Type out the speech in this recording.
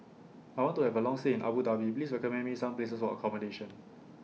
I want to Have A Long stay in Abu Dhabi Please recommend Me Some Places For accommodation